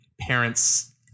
parents